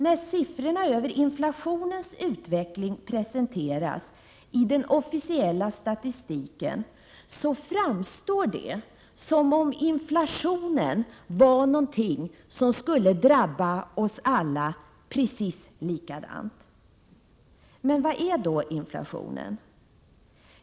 När siffrorna över inflationens utveckling presenterats i den officiella statistiken framstår det som om inflationen var någonting som skulle drabba oss alla precis lika. Men vad är då inflationen?